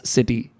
City